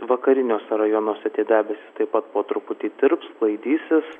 vakariniuose rajonuose debesys taip pat po truputį tirps sklaidysis